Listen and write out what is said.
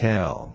Tell